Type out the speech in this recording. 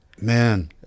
Man